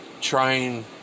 Trying